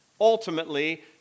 ultimately